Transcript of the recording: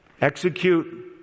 execute